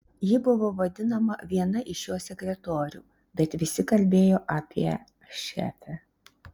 ji buvo vadinama viena iš jo sekretorių bet visi kalbėjo apie šefę